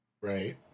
Right